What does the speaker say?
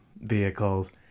vehicles